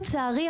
לצערי,